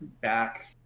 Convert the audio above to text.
back